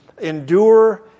endure